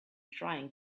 trying